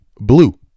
blue